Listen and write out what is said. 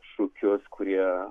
šūkius kurie